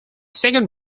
second